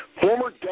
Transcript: former